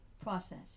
process